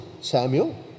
Samuel